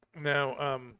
Now